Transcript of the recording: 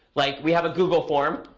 like we have a google form.